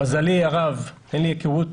למזלי הרב אין לי הכרות